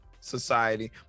society